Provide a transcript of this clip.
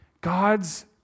God's